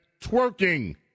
twerking